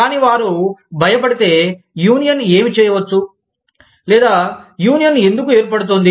కానీ వారు భయపడితే యూనియన్ ఏమి చేయవచ్చు లేదా యూనియన్ ఎందుకు ఏర్పడుతోంది